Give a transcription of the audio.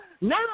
now